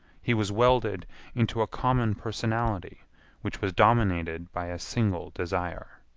he was welded into a common personality which was dominated by a single desire.